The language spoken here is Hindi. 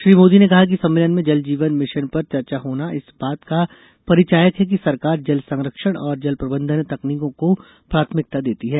श्री मोदी ने कहा कि सम्मेलन में जल जीवन मिशन पर चर्चा होना इस बात का परिचायक है कि सरकार जल संरक्षण और जल प्रबंधन तकनीकों को प्राथमिकता देती है